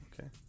Okay